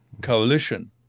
coalition